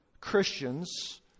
Christians